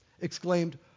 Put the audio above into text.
exclaimed